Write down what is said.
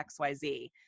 XYZ